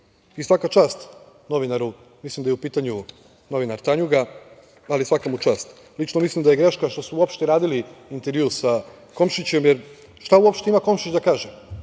Srbiju. Svaka čast novinaru, mislim da je u pitanju novinar „Tanjuga“ ali svaka mu čast. Lično mislim da je greška što su uopšte radili intervju sa Komšićem, jer, šta uopšte ima Komšić da kaže?